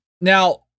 Now